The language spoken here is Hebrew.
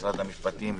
משרד המשפטים,